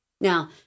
Now